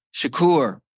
Shakur